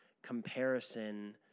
comparison